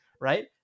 right